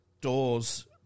doors